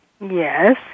Yes